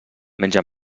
menja